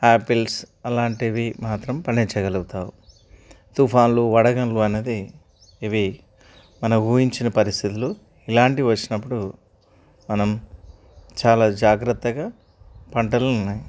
apples అలాంటివి మాత్రం పండించగలుగుతాము తుఫాన్లు వడగండ్లు అనేది ఇవి మనం ఊహించని పరిస్థితులు ఇలాంటివి వచ్చినప్పుడు మనం చాలా జాగ్రత్తగా పంటల్ని